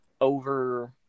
over